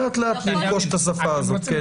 לאט-לאט נפגוש את השפה הזאת.